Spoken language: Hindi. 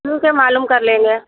ठीक है मालूम कर लेंगे